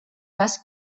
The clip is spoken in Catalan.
basc